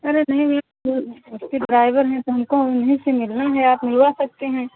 अरे नहीं वो एक उसकी ड्राइवर हैं तो हमको उन्हीं से मिलना है आप मिलवा सकते हैं